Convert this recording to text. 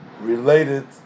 related